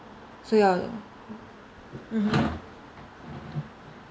so your mmhmm